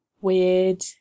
Weird